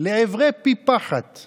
אנחנו בתקופת בין המצרים.